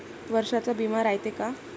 वर्षाचा बिमा रायते का?